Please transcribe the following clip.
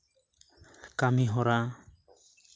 ᱠᱟᱹᱢᱤᱦᱚᱨᱟ